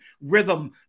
rhythm